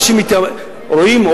אנשים רואים,